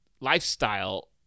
lifestyle